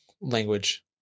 language